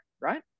right